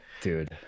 Dude